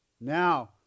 Now